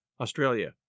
Australia